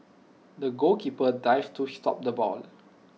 the goalkeeper dived to stop the ball